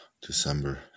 December